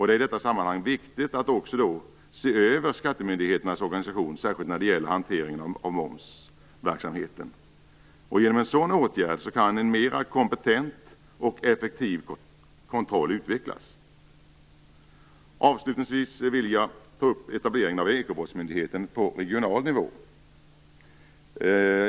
Det är i detta sammanhang viktigt att också se över skattemyndigheternas organisation särskilt när det gäller hanteringen av momsverksamheten. Genom en sådan åtgärd kan en mera kompetent och effektiv kontroll utvecklas. Avslutningsvis vill jag ta upp etableringen av ekobrottsmyndigheten på regional nivå.